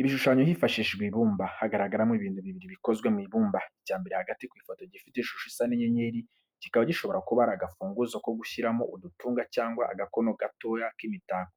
Ibishushanyo hifashishijwe ibumba. Hagaragaramo ibintu bibiri bikozwe mu ibumba. Icya mbere hagati ku ifoto gifite ishusho isa n’inyenyeri, kikaba gishobora kuba ari agafunguzo ko gushyiramo udutunga cyangwa agakono gato k’imitako,